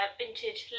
vintage